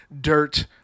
dirt